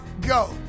go